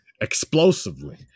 explosively